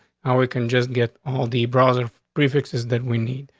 how we can just get all the brother prefixes that we need.